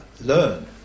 learn